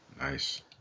Nice